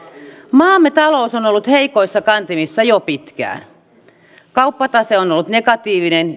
maamme talous on ollut heikoissa kantimissa jo pitkään kauppatase on on ollut negatiivinen